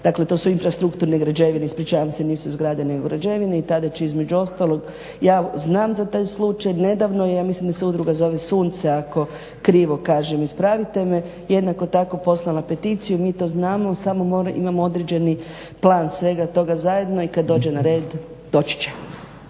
dakle to su infrastrukturne građevine, ispričavam se nisu zgrade nego građevine i tada će između ostalog ja znam za taj slučaj. Nedavno je, ja mislim da se udruga zove "Sunce" ako krivo kažem ispravite me. Jednako tako poslala peticiju i mi to znamo samo imamo određeni plan svega toga zajedno i kad dođe na red doći će.